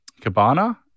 cabana